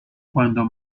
cuanto